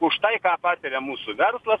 už tai ką patiria mūsų verslas